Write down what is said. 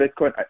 Bitcoin